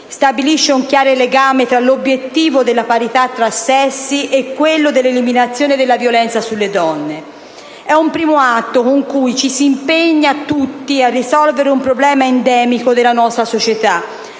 stabilisce un chiaro legame tra 1'obiettivo della parità tra sessi e quello dell'eliminazione della violenza sulle donne. È un primo atto con cui ci si impegna tutti a risolvere un problema endemico della nostra società,